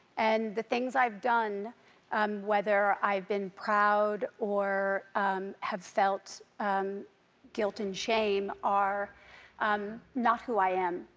and the things i've done whether i've been proud or have felt guilt and shame are um not who i am.